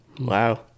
Wow